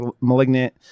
malignant